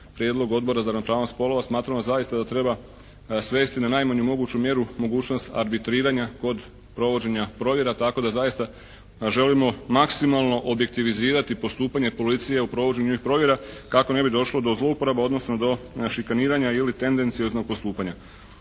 prijedlog Odbora za ravnopravnost spolova. Smatramo zaista da treba svesti na najmanju moguću mjeru mogućnost arbitriranja kod provođenja provjera. Tako da zaista želimo maksimalno objektivizirati postupanje policije u provođenju ovih provjera kako ne bi došlo do zlouporabe, odnosno do šikaniranja ili tendecioznog postupanja.